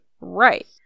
right